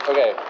Okay